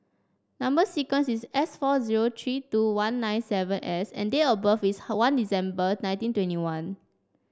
number sequence is S four zero three two one nine seven S and date of birth is one December nineteen twenty one